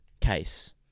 case